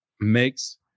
makes